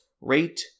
rate